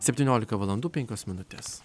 septyniolika valandų penkios minutės